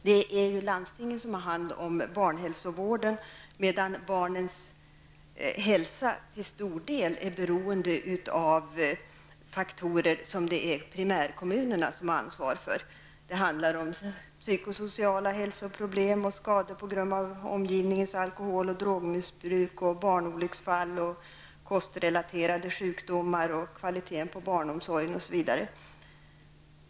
Det är landstingen som har hand om barnhälsovården, medan barnens hälsa till stor del är beroende av faktorer som primärkommunerna ansvarar för. Det handlar om psykosociala hälsoproblem, skador på grund av omgivningens alkohol och drogmissbruk, barnolycksfall, kostrelaterade sjukdomar och kvaliteten på barnomsorgen osv.